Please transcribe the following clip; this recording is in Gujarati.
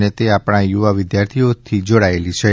અને તે આપણા યુવા વિદ્યાર્થીઓથી જોડાયેલી છે